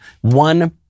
one